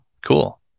Cool